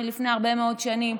מלפני הרבה מאוד שנים,